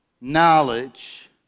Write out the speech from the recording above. knowledge